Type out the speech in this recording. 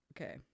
okay